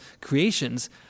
creations